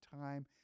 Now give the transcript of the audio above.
time